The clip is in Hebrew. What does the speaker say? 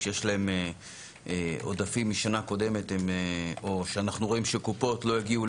כשיש להם עודפים משנה קודמת או כשאנחנו רואים שקופות לא הגיעו